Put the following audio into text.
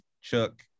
Chuck